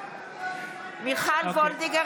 (קוראת בשמות חברי הכנסת) מיכל וולדיגר,